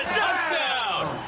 touchdown!